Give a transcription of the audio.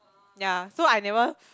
yea so I never